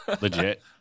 Legit